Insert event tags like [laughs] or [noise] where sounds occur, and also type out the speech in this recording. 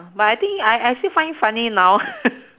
but I think I I still find it funny now [laughs]